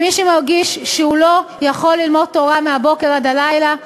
מי שמרגיש שהוא לא יכול ללמוד תורה מהבוקר עד הלילה,